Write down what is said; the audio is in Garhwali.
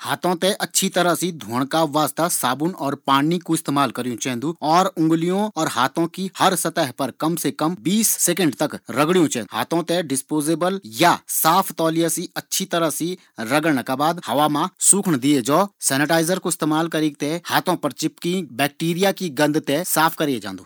हाथों थें अच्छी तरह से धोंण का वास्ता साबुन और पाणी कू इस्तेमाल करयूँ चैन्दू और उँगलियों और हाथों की हर सतह पर कम से कम बीस सेकंड तक रगडियूँ चैन्दू। हाथों थें डिसपोजियेबल या साफ तौलिया से अच्छे से रगड़ना का बाद हवा मा सूखण दिए जौ। सेनेटाईजर कू इस्तेमाल करीक थें हाथों पर चिपकी बैकटी रिया की गंध थें साफ करै जांदू।